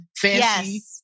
fancy